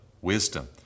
wisdom